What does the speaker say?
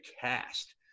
cast